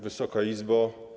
Wysoka Izbo!